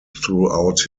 throughout